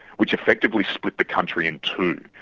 which effectively split the country in two,